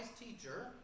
teacher